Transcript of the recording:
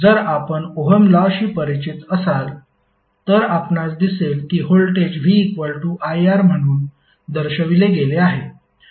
जर आपण ohm law शी परिचित असाल तर आपणास दिसेल की व्होल्टेज v iR म्हणून दर्शविले गेले आहे